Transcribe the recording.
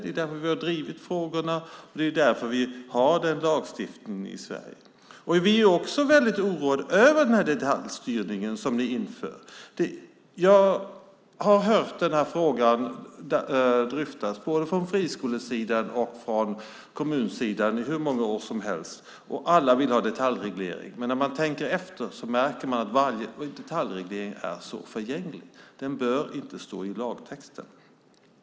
Det är därför vi har drivit frågorna, och det är därför vi har den lagstiftning vi har i Sverige. Vi är också väldigt oroade över den detaljstyrning som ni inför. Jag har hört detta dryftas både från friskolesidan och från kommunsidan i hur många år som helst. Alla vill ha detaljreglering. När man tänker efter märker man att varje detaljreglering är så förgänglig. Den bör inte stå i lagtexten.